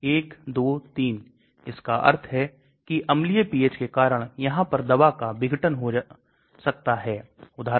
ध्रुवीय समूहों का isoteric प्रतिस्थापन यदि आपके पास O H समूह है इसको O CH3 बनाइए N H समूह को N CH3 बनाइए